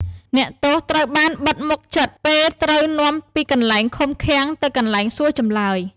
អ្នកទោសត្រូវបានបិទមុខជិត ពេលត្រូវនាំពីកន្លែងឃុំឃាំងទៅកន្លែងសួរចម្លើយ ។